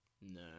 No